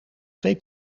twee